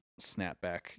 snapback